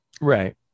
Right